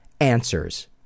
answers